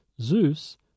Zeus